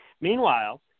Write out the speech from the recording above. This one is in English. Meanwhile